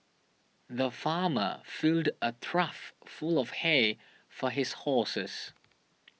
the farmer filled a trough full of hay for his horses